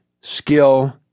skill